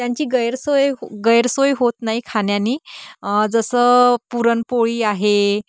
त्यांची गैरसोय हो गैरसोय होत नाही खाण्यानी जसं पुरणपोळी आहे